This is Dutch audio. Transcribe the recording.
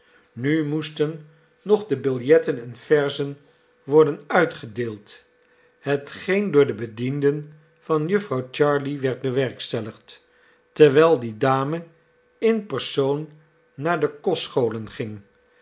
nu moesten nog de biljetten en verzen worden uitgedeeld hetgeen door de bedienden van jufvrouw jarley werd bewerkstelligd terwijl die dame in persoon naar de kostscholen ging